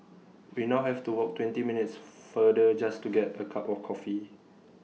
we now have to walk twenty minutes further just to get A cup of coffee